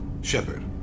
Shepard